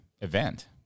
event